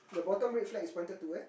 the bottom red flag is pointed to where